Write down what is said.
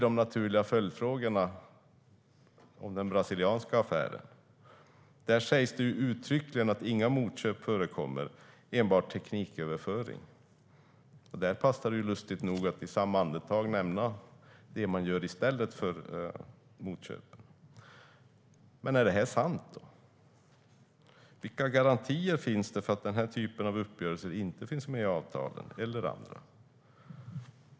De naturliga följdfrågorna handlar då om den brasilianska affären. Där sägs det uttryckligen att inga motköp förekommer, enbart tekniköverföring. Där passar det lustigt nog att i samma andetag nämna det man gör i stället för motköp. Men är det här sant? Vilka garantier finns för att den här typen av uppgörelser eller andra inte finns med i avtalen?